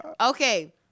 Okay